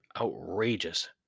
outrageous